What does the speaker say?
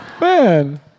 man